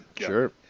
Sure